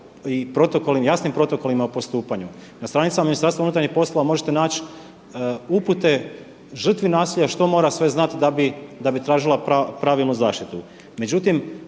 službenicima i jasnim protokolima o postupanju. Na stranicama MUP-a možete naći upute žrtvi nasilja što mora sve znati da bi tražila pravilnu zaštitu.